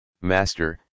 Master